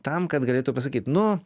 tam kad galėtų pasakyt nu